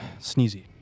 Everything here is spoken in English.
Sneezy